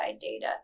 data